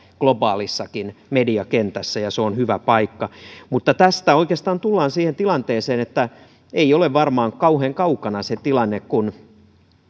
globaalissakin mediakentässä ja se on hyvä paikka mutta tästä oikeastaan tullaan siihen tilanteeseen että ei ole varmaan kauhean kaukana se tilanne kun